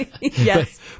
Yes